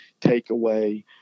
takeaway